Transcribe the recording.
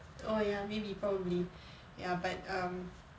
oh ya maybe probably ya but um